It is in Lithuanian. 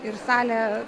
ir salė